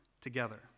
together